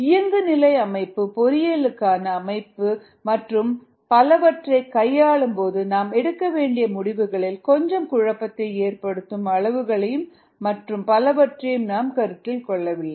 இயங்கு நிலை அமைப்பு பொறியியலுக்கான அமைப்பு மற்றும் பலவற்றைக் கையாளும் போது நாம் எடுக்க வேண்டிய முடிவுகளில் கொஞ்சம் குழப்பத்தை ஏற்படுத்தும் அளவுகளையும் மற்றும் பலவற்றையும் நாம் கருத்தில் கொள்ளவில்லை